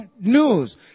news